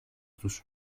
τους